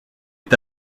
est